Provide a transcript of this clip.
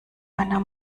einer